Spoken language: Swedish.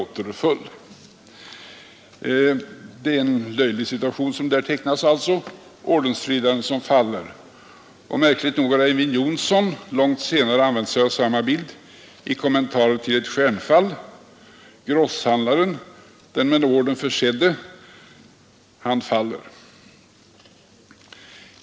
Det är en löjlig situation som där tecknas, ordensbäraren som faller. Märkligt nog har Eyvind Johnson långt senare använt sig av samma bild i Kommentar till ett stjärnfall: grosshandlaren, den med orden försedde, faller.